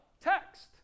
text